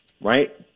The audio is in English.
right